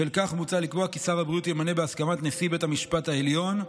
בשל כך מוצע לקבוע כי שר הבריאות ימנה בהסכמה את נשיא בית המשפט העליון,